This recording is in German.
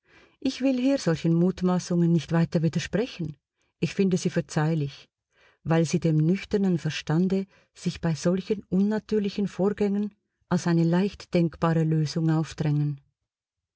ich will hier solchen mutmaßungen nicht weiter widersprechen ich finde sie verzeihlich weil sie dem nüchternen verstande sich bei solchen unnatürlichen vorgängen als eine leicht denkbare lösung aufdrängen